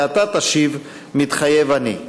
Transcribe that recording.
ואתה תשיב: מתחייב אני.